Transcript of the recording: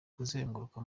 kuzenguruka